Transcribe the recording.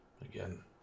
Again